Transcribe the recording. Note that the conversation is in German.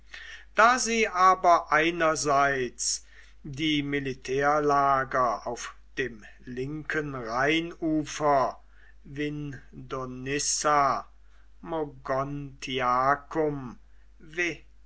da sie aber einerseits die militärlager auf dem linken rheinufer